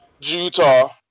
Utah